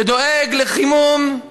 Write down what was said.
שדואג לחימום,